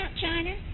China